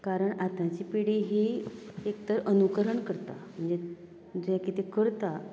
कारण आतांची पिडी ही एक तर अनुकरण करता आनी जें कितें करता